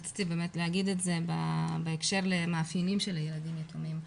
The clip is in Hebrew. רציתי באמת להגיד את זה בהקשר למאפיינים של ילדים יתומים,